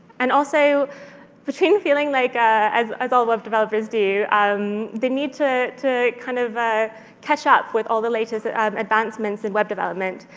and also between feeling like ah as as all web developers do um the need to to kind of ah catch up with all the latest advancements in web development,